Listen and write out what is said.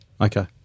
Okay